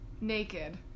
naked